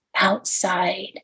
outside